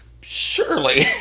Surely